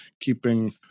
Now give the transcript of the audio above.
keeping